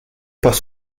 pas